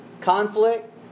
conflict